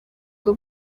bwo